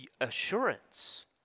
assurance